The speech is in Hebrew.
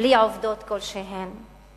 בלי עובדות כלשהן.